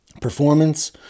Performance